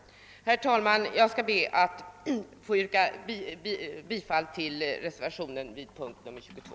Herr talman! Jag ber att få yrka bifall till reservationen vid punkten 22.